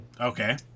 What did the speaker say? Okay